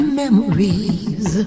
memories